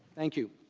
thank you